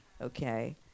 okay